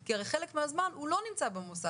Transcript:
כי הרי חלק מהזמן הוא לא נמצא במוסד,